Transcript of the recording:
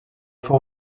fou